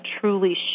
truly